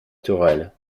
tourelle